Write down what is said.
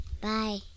Bye